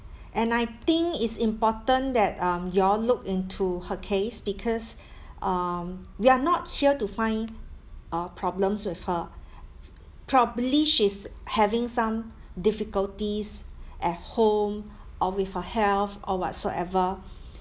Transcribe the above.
and I think it's important that um you all look into her case because um we are not here to find uh problems with her probably she's having some difficulties at home or with her health or whatsoever